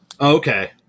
Okay